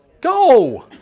Go